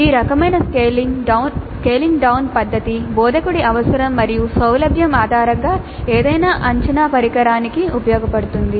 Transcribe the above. ఈ రకమైన scaling down పద్దతి బోధకుడి అవసరం మరియు సౌలభ్యం ఆధారంగా ఏదైనా అంచనా పరికరానికి ఉపయోగపడుతుంది